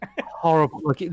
horrible